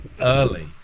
early